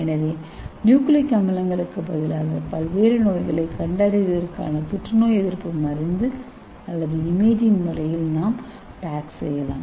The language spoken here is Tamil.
எனவே நியூக்ளிக் அமிலங்களுக்குப் பதிலாக பல்வேறு நோய்களைக் கண்டறிவதற்கான புற்றுநோய் எதிர்ப்பு மருந்து அல்லது இமேஜிங் முறையில் நாம் பேக் செய்யலாம்